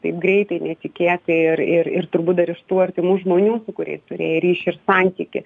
taip greitai netikėtai ir ir ir turbūt dar iš tų artimų žmonių su kuriais turėjai ryšį ir santykį